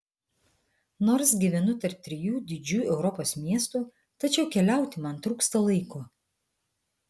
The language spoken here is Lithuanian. nors gyvenu tarp trijų didžių europos miestų tačiau keliauti man trūksta laiko